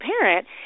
parent